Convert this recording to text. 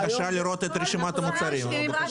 צריך לראות את רשימת המוצרים.